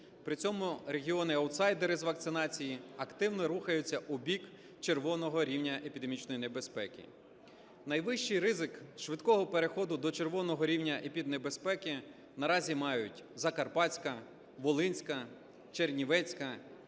При цьому регіони-аутсайдери з вакцинації активно рухаються у бік червоного рівня епідемічної небезпеки. Найвищий ризик швидкого переходу до червоного рівня епіднебезпеки наразі мають Закарпатська, Волинська, Чернівецька,